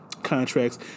Contracts